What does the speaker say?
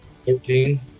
Thirteen